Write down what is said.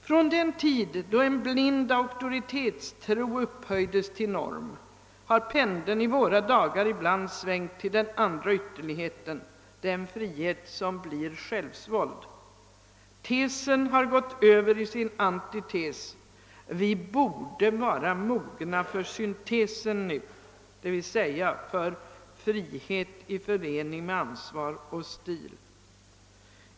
Från den tid då en blind auktoritetstro upphöjdes till norm har pendeln i våra dagar svängt till den andra ytterligheten, den frihet som blir självsvåld. Tesen har gått över i sin antites. Vi borde vara mogna för syntesen nu, d. v. s. frihet i förening med ansvar och stil.